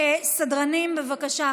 סדרנים, בבקשה.